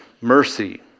mercy